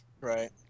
Right